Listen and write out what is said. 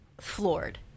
floored